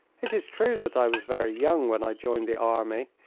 it is true that i was very young when i joined the army,